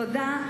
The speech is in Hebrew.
תודה.